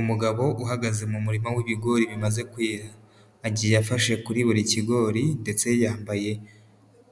Umugabo uhagaze mu murima w'ibigori bimaze kwera, agiye afashe kuri buri kigori ndetse yambaye